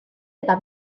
eta